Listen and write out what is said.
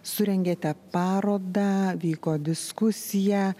surengėte parodą vyko diskusija